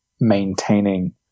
maintaining